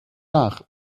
nach